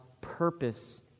purpose